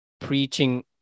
preaching